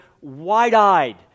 wide-eyed